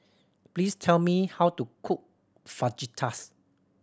please tell me how to cook Fajitas